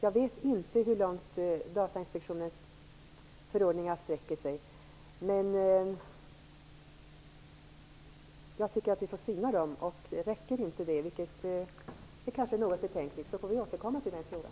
Vi vet inte hur långt Datainspektionens förordningar sträcker sig. Vi får syna dem. Räcker de inte till, vilket kanske är något betänkligt, får vi återkomma till den frågan.